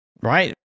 Right